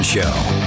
Show